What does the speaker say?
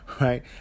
right